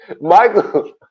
Michael